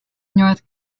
north